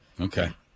Okay